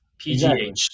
PGH